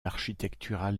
architectural